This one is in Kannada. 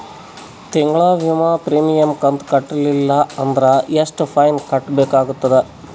ತಿಂಗಳ ವಿಮಾ ಪ್ರೀಮಿಯಂ ಕಂತ ಕಟ್ಟಲಿಲ್ಲ ಅಂದ್ರ ಎಷ್ಟ ಫೈನ ಕಟ್ಟಬೇಕಾಗತದ?